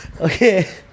Okay